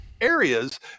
areas